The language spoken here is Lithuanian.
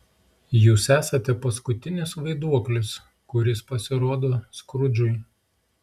jūs esate paskutinis vaiduoklis kuris pasirodo skrudžui